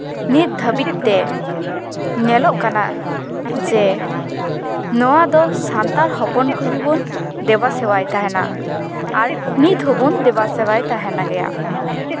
ᱱᱤᱛ ᱫᱷᱟᱹᱵᱤᱡ ᱛᱮ ᱧᱮᱞᱚᱜ ᱠᱟᱱᱟ ᱡᱮ ᱱᱚᱣᱟ ᱫᱚ ᱥᱟᱱᱛᱟᱲ ᱦᱚᱯᱚᱱ ᱠᱚᱜᱮ ᱵᱚᱱ ᱫᱮᱵᱟ ᱥᱮᱵᱟ ᱛᱟᱦᱮᱱᱟ ᱟᱨ ᱱᱤᱛ ᱫᱮᱵᱟ ᱥᱮᱵᱟᱭ ᱛᱟᱦᱮᱱ ᱜᱮᱭᱟ